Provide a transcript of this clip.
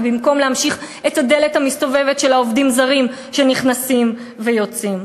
במקום להמשיך את הדלת המסתובבת של העובדים הזרים שנכנסים ויוצאים.